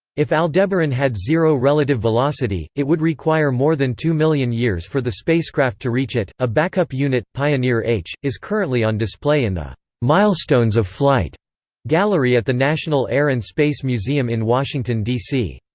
if aldebaran had zero relative velocity, it would require more than two million years for the spacecraft to reach it a backup unit, pioneer h, is currently on display in the milestones of flight gallery at the national air and space museum in washington, d c.